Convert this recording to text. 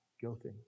guilty